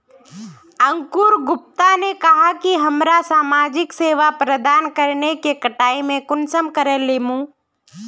अंकूर गुप्ता ने कहाँ की हमरा समाजिक सेवा प्रदान करने के कटाई में कुंसम करे लेमु?